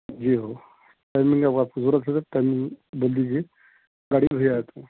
جی ہو کل میں نے آپ کی ضرورت ہو کل بول دیجئے گاڑی بھیجتا ہوں